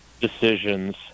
decisions